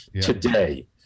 today